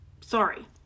Sorry